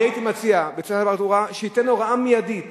הייתי מציע לשר התחבורה שייתן הוראה מיידית